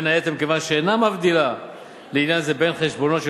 בין היתר מכיוון שאינה מבדילה בעניין זה בין חשבונות של